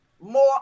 more